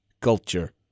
culture